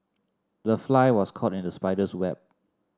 the fly was caught in the spider's web